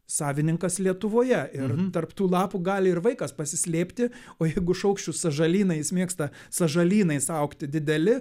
savininkas lietuvoje ir tarp tų lapų gali ir vaikas pasislėpti o jeigu šaukščių sąžalynais mėgsta sąžalynais augti dideli